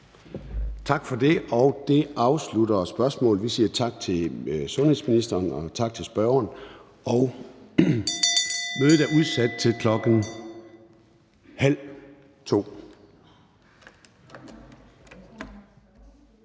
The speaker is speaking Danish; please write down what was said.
Tak for det, og det afslutter spørgsmålet. Vi siger tak til indenrigs- og sundhedsministeren og tak til spørgeren. Mødet er udsat til kl. 13.30.